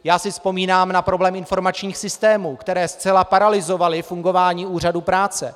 Já si vzpomínám na problém informačních systémů, které zcela paralyzovaly fungování úřadu práce.